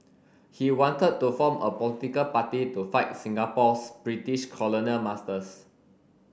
he wanted to form a political party to fight Singapore's British colonial masters